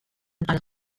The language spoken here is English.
other